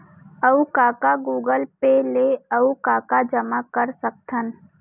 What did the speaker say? अऊ का का गूगल पे ले अऊ का का जामा कर सकथन?